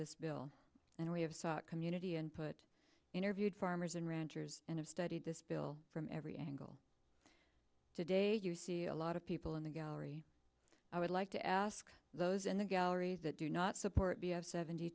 this bill and we have sought community and put interviewed farmers and ranchers and have studied this bill from every angle today you see a lot of people in the gallery i would like to ask those in the galleries that do not support b of seventy